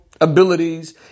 abilities